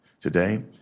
Today